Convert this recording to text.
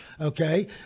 Okay